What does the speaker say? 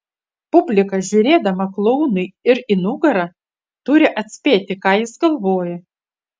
publika žiūrėdama klounui ir į nugarą turi atspėti ką jis galvoja